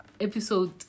episode